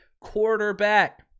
quarterback